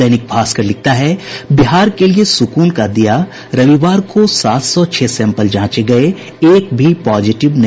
दैनिक भास्कर लिखता है बिहार के लिए सुकून का दीया रविवार को सात सौ छह सैंपल जांचे गये एक भी पॉजिटिव नहीं